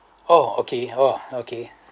oh okay oh okay